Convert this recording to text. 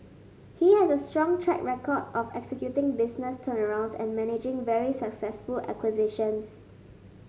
he has a strong track record of executing business turnarounds and managing very successful acquisitions